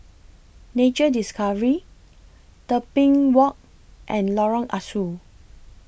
Nature Discovery Tebing Walk and Lorong Ah Soo